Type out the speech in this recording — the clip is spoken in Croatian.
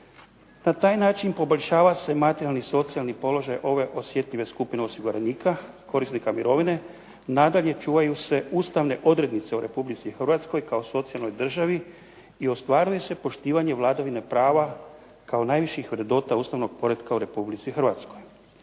Na taj način poboljšava se materijalni i socijalni položaj ove osjetljive skupine osiguranika, korisnika mirovine. Nadalje, čuvaju se ustavne odrednice u RH kao socijalnoj državi i ostvaruje se poštivanje vladavine prava kao najviših vrednota ustavnog poretka u RH. 102 radnika